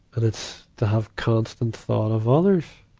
and it's to have constant thought of others,